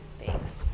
Thanks